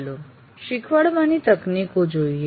ચાલો શીખવાડવાની તકનીકો જોઈએ